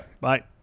Bye